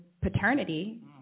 paternity